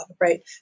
Right